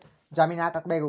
ಜಾಮಿನ್ ಯಾಕ್ ಆಗ್ಬೇಕು?